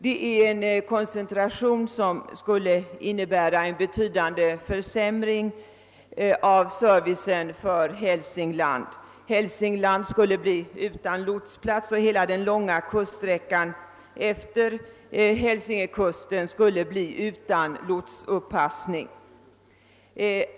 Denna koncentration skulle innebära en betydande försämring av servicen för Häl singland, som då skulle bli utan lotsplats. Hela den långa kuststräckan utefter Hälsingland skulle då bli utan lotspassning.